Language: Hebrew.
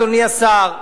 אדוני השר,